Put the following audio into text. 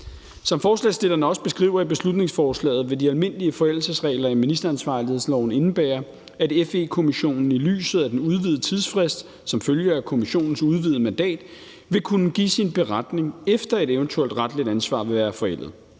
Som forslagsstillerne også beskriver i beslutningsforslaget, vil de almindelige forældelsesregler i ministeransvarlighedsloven indebære, at FE-kommissionen i lyset af den udvidede tidsfrist – som følge af kommissionens udvidede mandat –vil kunne give sin beretning, efter at et eventuelt retligt ansvar vil være forældet.